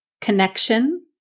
Connection